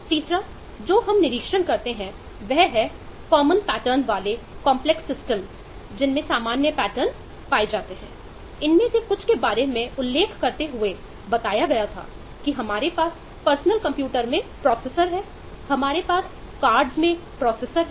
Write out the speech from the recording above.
तीसरा जो हम निरीक्षण करते हैं वह है सामान्य पैटर्न वाले कॉम्प्लेक्स सिस्टम हैं